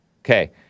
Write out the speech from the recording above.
Okay